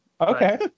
Okay